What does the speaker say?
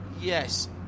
Yes